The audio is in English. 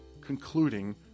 concluding